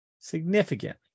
significant